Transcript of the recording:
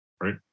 Right